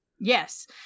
Yes